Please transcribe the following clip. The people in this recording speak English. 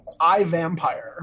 iVampire